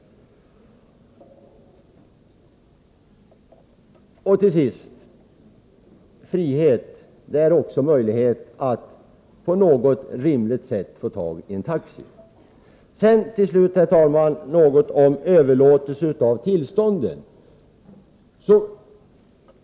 Frihet innebär också rimliga möjligheter att få tag i en taxi. Till slut, herr talman, något om överlåtelser av trafiktillstånd.